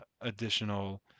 additional